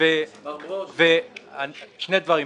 שני דברים,